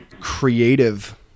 creative